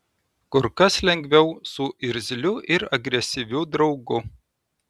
kur kas lengviau su irzliu ir agresyviu draugu